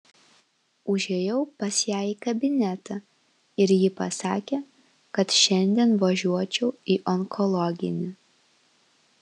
užėjau pas ją į kabinetą ir ji pasakė kad šiandien važiuočiau į onkologinį